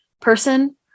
person